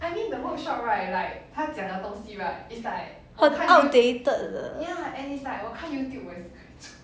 很 outdated 了